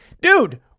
Dude